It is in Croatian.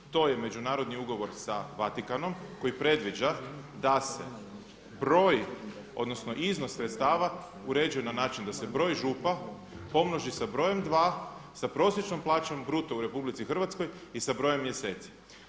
To je Međunarodni ugovor sa Vatikanom koji predviđa da se broj, odnosno iznos sredstava uređuje na način da se broj župa pomnoži sa brojem dva, sa prosječnom plaćom bruto u Republici Hrvatskoj i sa brojem mjeseci.